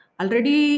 already